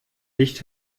nicht